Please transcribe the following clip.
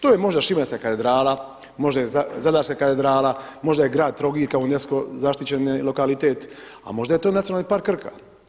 To je možda Šibenska katedrala, možda je Zadarska katedrala, možda je grad Trogir kao UNESCO zaštićen lokalitet a možda je to Nacionalni park Krka.